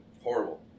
Horrible